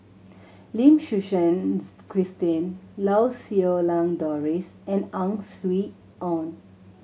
Lim Suchen Christine Lau Siew Lang Doris and Ang Swee Aun